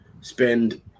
Spend